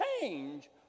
change